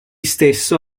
stesso